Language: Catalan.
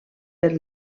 per